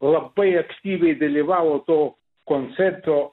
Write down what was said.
labai aktyviai dalyvavo to koncerto